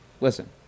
Listen